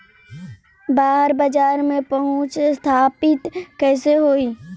बाहर बाजार में पहुंच स्थापित कैसे होई?